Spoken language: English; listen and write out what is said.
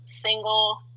single